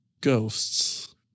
ghosts